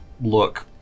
look